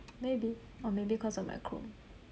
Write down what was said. maybe or maybe cause of my chrome